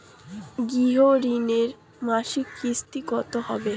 গৃহ ঋণের মাসিক কিস্তি কত হবে?